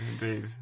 indeed